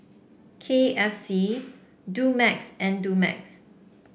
K F C Dumex and Dumex